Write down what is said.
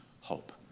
hope